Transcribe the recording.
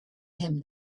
him